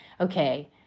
okay